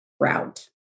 route